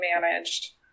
managed